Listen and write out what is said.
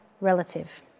relative